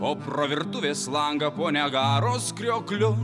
o pro virtuvės langą po niagaros kriokliu